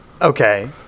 Okay